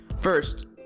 First